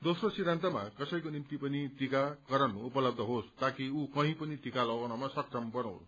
दोम्रो सिद्धान्तमा क्रसैको निम्ति पनि टीकारण उपलव्य होस ताकि उ कही पनि टीका लगाउनमा सक्षम बनोस्